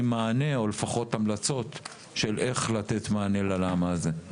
מענה או לפחות המלצות לאיך לתת מענה ללמה הזה.